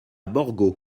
borgo